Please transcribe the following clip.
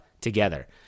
together